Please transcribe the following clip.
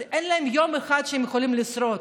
יום אחד שהם יכולים לשרוד.